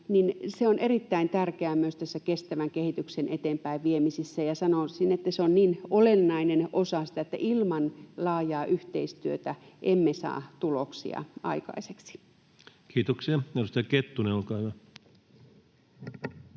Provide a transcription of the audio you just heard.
on erittäin tärkeää myös tässä kestävän kehityksen eteenpäinviemisessä, ja sanoisin, että se on niin olennainen osa sitä, että ilman laajaa yhteistyötä emme saa tuloksia aikaiseksi. [Speech 95] Speaker: